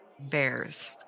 bears